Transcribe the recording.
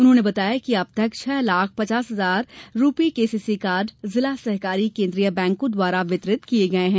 उन्होंने बताया कि अबतक छह लाख पचास हजार रूपे केससी कार्ड जिला सहकारी केन्द्रीय बैंकों द्वारा वितरित किये गये हैं